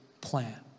plan